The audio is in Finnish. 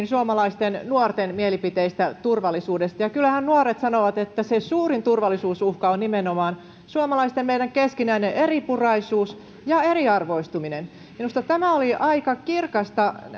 suomalaisten nuorten mielipiteistä turvallisuudesta julkistettiin ja kyllähän nuoret sanovat että se suurin turvallisuusuhka on nimenomaan meidän suomalaisten keskinäinen eripuraisuus ja eriarvoistuminen minusta tämä oli aika kirkas